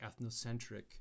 ethnocentric